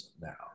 now